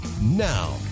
now